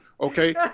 Okay